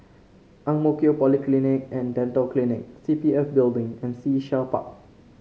Ang Mo Kio Polyclinic And Dental Clinic C P F Building and Sea Shell Park